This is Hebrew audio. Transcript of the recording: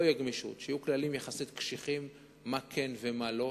שלא תהיה גמישות ויהיו כללים יחסית קשיחים מה כן ומה לא,